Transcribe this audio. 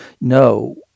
no